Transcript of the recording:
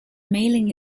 mailing